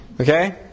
Okay